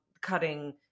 cutting